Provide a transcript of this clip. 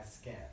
skin